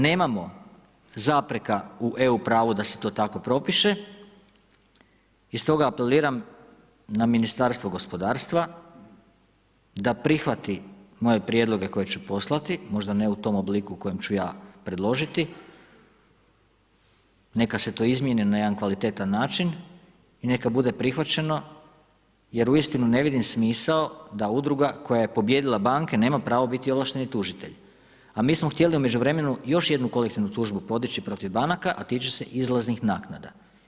Nemamo zapreka u EU pravu da se to tako propiše i stoga apeliram na Ministarstvo gospodarstva da prihvati moje prijedloge koje ću poslati, možda ne u tom obliku u kojem ću ja predložiti, neka se to izmjeni na jedan kvalitetan način i neka bude prihvaćeno jer uistinu ne vidim smisao da udruga koja je pobijedila banke nema pravo biti ovlašteni tužitelj a mi smo htjeli u međuvremenu još jednu kolektivnu tužnu podići protiv banaka a tiče se izlaznih naknada.